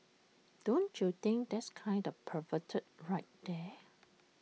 don't you think that's kind of perverted right there